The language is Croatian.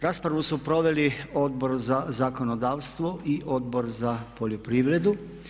Raspravu su proveli Odbor za zakonodavstvo i Odbor za poljoprivredu.